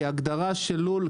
כי ההגדרה של לול,